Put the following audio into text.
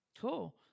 Cool